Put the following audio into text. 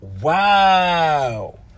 Wow